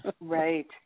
right